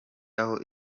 aho